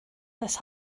this